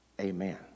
amen